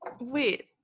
Wait